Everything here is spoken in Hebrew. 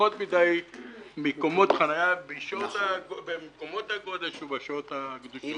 ופחות מדי מקומות חניה במקומות הגודש ובשעות הגדושות.